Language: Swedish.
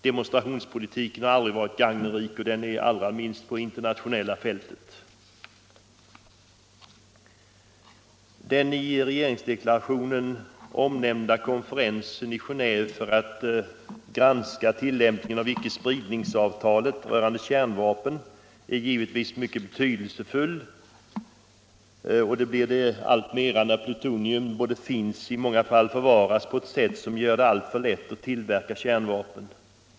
Demonstrationspolitiken har aldrig varit gagnerik, och den är det allra minst på det internationella fältet. Den i regeringsdeklarationen nämnda konferensen i Genéve för att granska tillämpningen av icke-spridningsavtalet rörande kärnvapen är givetvis mycket betydelsefull och blir efter hand än mera betydelsefull eftersom plutonium både finns och i många fall förvaras på ett sätt som gör det alltför lätt att tillverka kärnvapen.